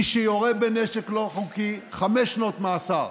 מי שיורה בנשק לא חוקי, חמש שנות מאסר.